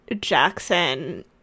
Jackson